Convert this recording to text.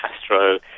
Castro